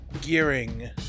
gearing